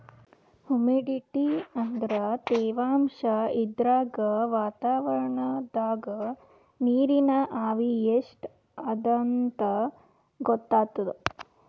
humidity ಅಂದ್ರ ತೆವಾಂಶ್ ಇದ್ರಾಗ್ ವಾತಾವರಣ್ದಾಗ್ ನೀರಿನ್ ಆವಿ ಎಷ್ಟ್ ಅದಾಂತ್ ಗೊತ್ತಾಗ್ತದ್